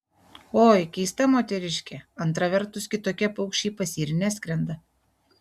oi keista moteriškė antra vertus kitokie paukščiai pas jį ir neskrenda